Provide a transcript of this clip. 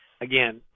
again